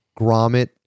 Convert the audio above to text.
grommet